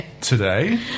today